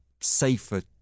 safer